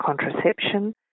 contraception